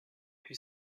who